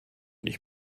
nicht